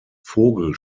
vogel